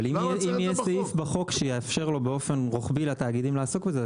אבל אם יהיה סעיף בחוק שיאפשר באופן רוחבי לתאגידים לעסוק בזה,